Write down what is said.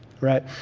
right